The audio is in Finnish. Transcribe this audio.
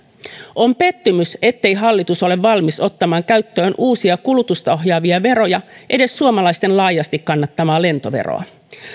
on pettymys ettei hallitus ole valmis ottamaan käyttöön uusia kulutusta ohjaavia veroja edes suomalaisten laajasti kannattamaa lentoveroa